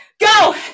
go